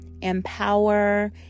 empower